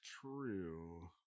true